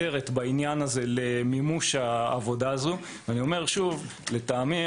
סליחה על הביקורת, אבל לטעמי